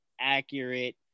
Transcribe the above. accurate